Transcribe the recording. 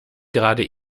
gerade